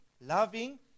loving